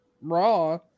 Raw